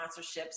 sponsorships